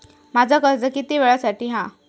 माझा कर्ज किती वेळासाठी हा?